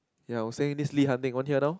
ya I will say this Lee-Han thing want hear now